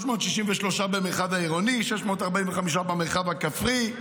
363 במרחב העירוני, 645 במרחב הכפרי,